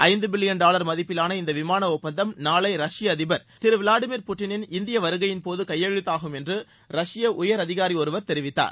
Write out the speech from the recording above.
ஐந்து billion dollar மதிப்பிலான இந்த விமான ஒப்பந்தம் நாளை ரஷ்ய அதிபர் திரு விளாடிமீர் புட்டினின் இந்தியா வருகையின்போது கையெழுத்தாகும் என்று ரஷ்ய உயர் அதிகாரி ஒருவர் தெரிவித்தார்